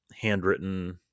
handwritten